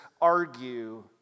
argue